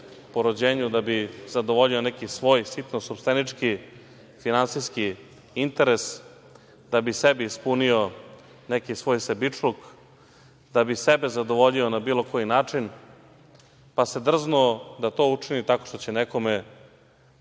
da bi zadovoljio svoj sitno sopstvenički finansijski interes, da bi sebi ispunio neki svoj sebičluk, da bi sebe zadovoljio na bilo koji način, pa se drznuo da to učini tako što će nekome